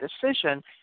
decision